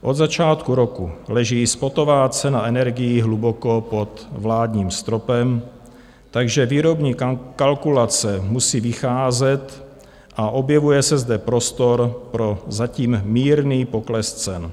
Od začátku roku leží spotová cena energií hluboko pod vládním stropem, takže výrobní kalkulace musí vycházet a objevuje se zde prostor pro zatím mírný pokles cen.